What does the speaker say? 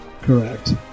Correct